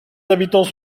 habitants